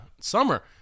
summer